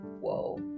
whoa